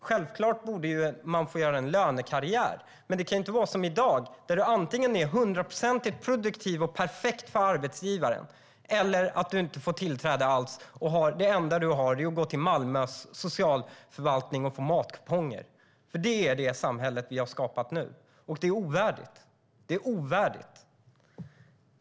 Självklart borde man få göra en lönekarriär, men det kan inte vara som i dag där man antingen är hundraprocentigt produktiv och perfekt för arbetsgivaren eller inte får tillträde alls och endast har alternativet att gå till Malmös socialförvaltning och få matkuponger. Det är det samhället som har skapats nu. Det är ovärdigt.